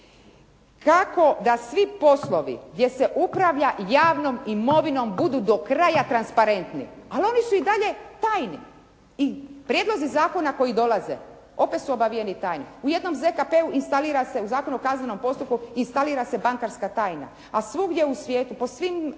kako da svi poslovi gdje se upravlja javnom imovinom budu do kraja transparentni. Ali oni su i dalje tajni i prijedlozi zakona koji dolaze opet su obavijeni tajnom. U jednom ZKP-u instalira se, u Zakonu o kaznenom postupku instalira se bankarska tajna, a svugdje u svijetu, po svim